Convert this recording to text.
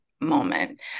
moment